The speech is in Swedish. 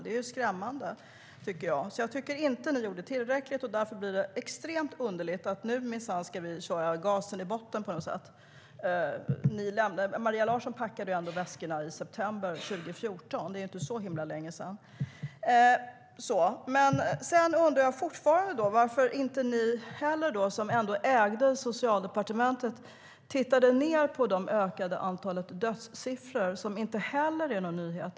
Det är skrämmande. Jag tycker inte att ni gjorde tillräckligt, och därför blir det extremt underligt när ni säger att vi nu minsann ska trycka gasen i botten. Maria Larsson packade väskorna i september 2014, vilket inte är så särskilt länge sedan. Sedan undrar jag fortfarande varför ni, som ändå hade ansvar för Socialdepartementet, inte tittade på det ökande antalet dödssiffror, som inte heller är någon nyhet.